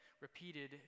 repeated